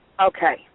Okay